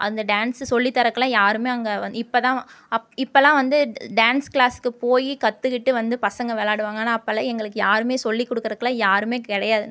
அந்த டான்ஸ் சொல்லி தரதுக்குலாம் யாருமே அங்கே வந்து இப்போதான் அப்ப இப்பெல்லாம் வந்து டான்ஸ் கிளாஸுக்கு போய் கத்துக்கிட்டு வந்து பசங்கள் விளாடுவாங்க ஆனால் அப்பெல்லாம் எங்களுக்கு யாருமே சொல்லி கொடுக்குறக்குலாம் யாருமே கிடையாது